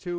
t